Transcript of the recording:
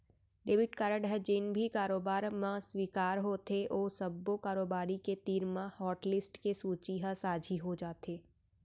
debit card ह जेन भी कारोबार म स्वीकार होथे ओ सब्बो कारोबारी के तीर म हाटलिस्ट के सूची ह साझी हो जाथे